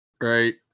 right